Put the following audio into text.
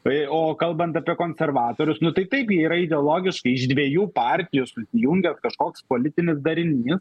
tai o kalbant apie konservatorius nu taip jie yra ideologiškai iš dviejų partijų jungia kažkoks politinis darinys